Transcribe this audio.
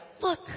look